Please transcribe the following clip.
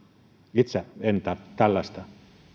itse en tällaista